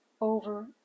over